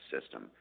system